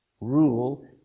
rule